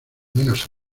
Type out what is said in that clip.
menos